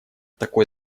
такой